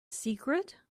secret